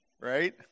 Right